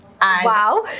Wow